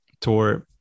tour